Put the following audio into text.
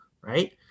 right